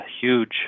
huge